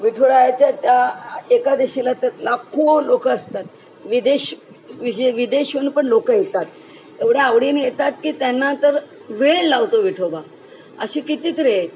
विठुरायाच्या त्या एकादशीला तर लाखो लोक असतात विदेश विजे विदेशहून पण लोक येतात एवढ्या आवडीने येतात की त्यांना तर वेळ लावतो विठोबा असे कितीतरी आहेत